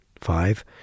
five